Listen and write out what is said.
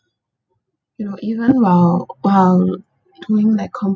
you know even while while doing like